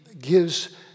gives